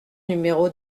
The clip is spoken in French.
numéro